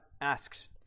asks